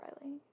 Riley